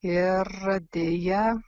ir deja